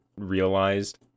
realized